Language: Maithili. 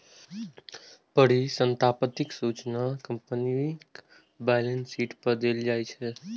परिसंपत्तिक सूचना कंपनीक बैलेंस शीट पर देल जाइ छै